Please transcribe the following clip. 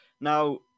Now